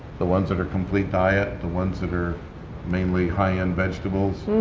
the ones that are complete diet, the ones that are mainly high-end vegetables,